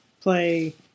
play